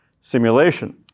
simulation